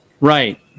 Right